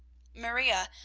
maria,